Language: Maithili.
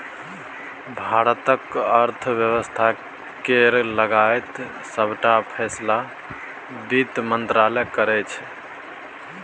भारतक अर्थ बेबस्था केर लगाएत सबटा फैसला बित्त मंत्रालय करै छै